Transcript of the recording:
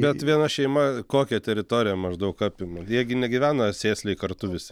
bet viena šeima kokią teritoriją maždaug apima jie gi negyvena sėsliai kartu visi